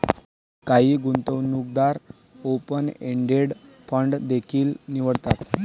काही गुंतवणूकदार open ended fund देखील निवडतात